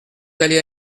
d’aller